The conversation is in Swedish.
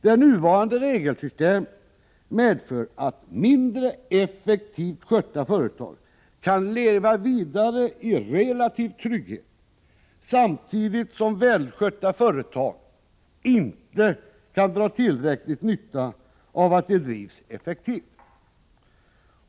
Det nuvarande regelsystemet medför att mindre effektivt skötta företag kan leva vidare relativt tryggt, samtidigt som välskötta företag inte kan dra tillräcklig nytta av att de drivs effektivt.